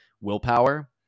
willpower